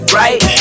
right